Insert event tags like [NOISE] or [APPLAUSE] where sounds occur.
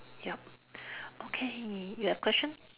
yup [BREATH] okay you have question